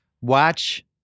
Watch